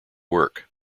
work